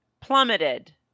plummeted